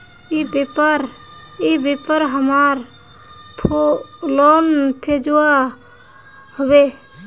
ई व्यापार हमार लोन भेजुआ हभे?